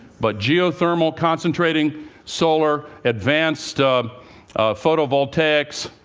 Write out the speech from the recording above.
but geothermal, concentrating solar, advanced photovoltaics,